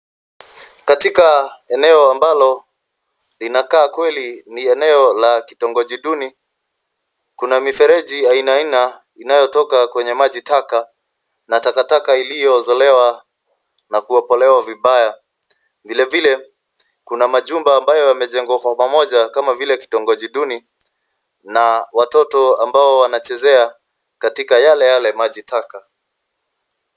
Katika eneo ambalo linakaa kweli eneo la kitongoji duni, kuna mifereji aina aina inayotoka kwenye maji taka na takataka iliyozolewa na kuekelewa vibaya. Vilevile, kuna majumba ambayo yamejengwa Kwa pamoja kama vile kitongoji duni na watoto ambao wanachezea katika yale maji taka.